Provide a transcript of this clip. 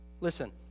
Listen